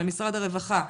למשרד הרווחה,